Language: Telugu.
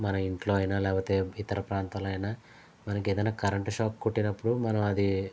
మన ఇంట్లో అయినా లేకపోతే ఇతర ప్రాంతాల్లో అయినా మనకి ఏదన్న కరెంటు షాక్ కొట్టినప్పుడు మనం అది